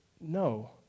no